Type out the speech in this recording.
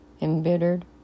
embittered